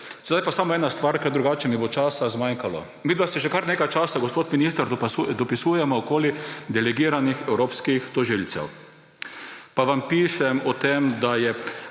Sedaj pa samo ena stvar, ker drugače mi bo časa zmanjkalo. Midva si že kar nekaj časa, gospod minister, dopisujeva okoli delegiranih evropskih tožilcev. Vam pišem o tem, da je